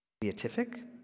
beatific